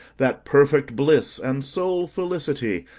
that perfect bliss and sole felicity,